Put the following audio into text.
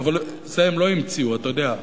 אבל זה לא הם המציאו, אתה יודע.